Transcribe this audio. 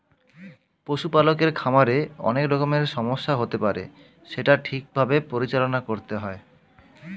পশু পালকের খামারে অনেক রকমের সমস্যা হতে পারে সেটা ঠিক ভাবে পরিচালনা করতে হয়